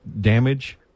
damage